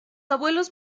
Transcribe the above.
abuelos